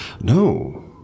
no